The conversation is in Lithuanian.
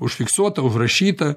užfiksuota užrašyta